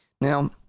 Now